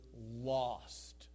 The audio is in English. lost